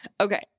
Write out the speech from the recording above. okay